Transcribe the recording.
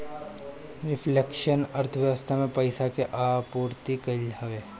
reflection अर्थव्यवस्था में पईसा के आपूर्ति कईल हवे